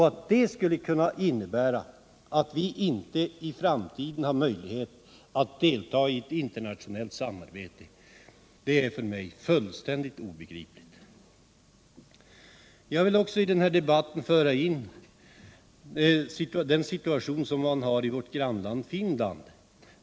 Att den skulle kunna få till följd att vi i framtiden inte skulle kunna delta i ett internationellt samarbete är för mig fullständigt obegripligt. Jag vill i den här debatten också ta upp situationen i vårt grannland Finland.